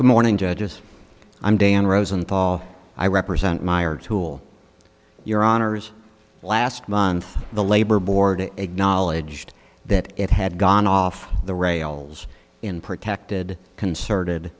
good morning judges i'm dan rosenthal i represent my or tool your honors last month the labor board acknowledged that it had gone off the rails in protected concerted